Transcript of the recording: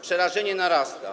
Przerażenie narasta.